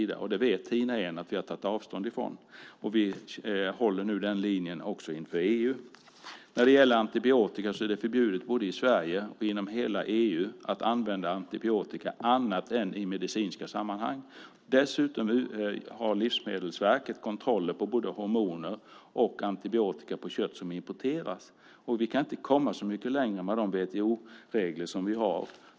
Det vet Tina Ehn att vi har tagit avstånd från. Vi håller nu den linjen också inför EU. Det är förbjudet både i Sverige och inom hela EU att använda antibiotika annat än i medicinska sammanhang. Dessutom gör Livsmedelsverket kontroller på både hormoner och antibiotika i kött som importeras. Vi kan inte komma så mycket längre med de WTO-regler som vi har.